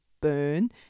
burn